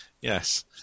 Yes